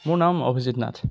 মোৰ নাম অভিজিত নাথ